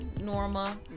Norma